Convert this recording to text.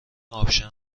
آپشن